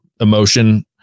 emotion